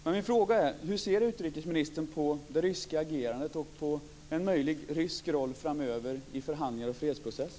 Min fråga är: Hur ser utrikesministern på det ryska agerandet och på en möjlig rysk roll framöver i förhandlingar och fredsprocess?